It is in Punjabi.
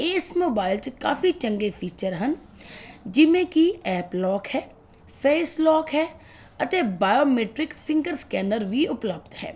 ਇਸ ਮੋਬਾਈਲ 'ਚ ਕਾਫੀ ਚੰਗੇ ਫੀਚਰ ਹਨ ਜਿਵੇਂ ਕਿ ਐਪ ਲੋਕ ਹੈ ਫੇਸ ਲੋਕ ਹੈ ਅਤੇ ਬਾਇਓਮੈਟਰਿਕ ਫਿੰਗਰ ਸਕੈਨਰ ਵੀ ਉਪਲਬਧ ਹੈ